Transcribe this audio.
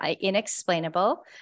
inexplainable